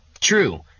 True